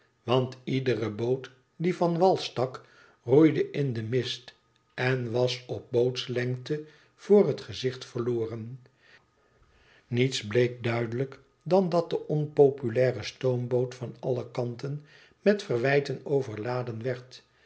want iedere boot die van wal stak roeide in den mist en was op bootslengte voor het gezicht verloren niets bleek duidelijk dan dat de onpopulaire stoomboot van alle kanten met verwijten overladen werd